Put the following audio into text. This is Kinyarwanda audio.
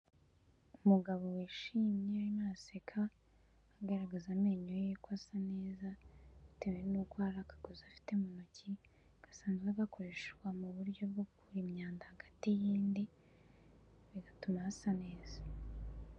Umugabo wishimye arimo araseka, agaragaza amenyo ye ko asa neza, bitewe nuko hari akagozi afite mu ntoki, gasanzwe gakoreshwa mu buryo bwo gukura imyanda hagati y'indi, bigatuma hasa neza.